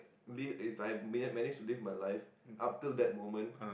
live if I manage to live my life up till that moment